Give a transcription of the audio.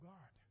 God